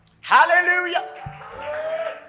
Hallelujah